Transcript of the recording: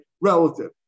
relative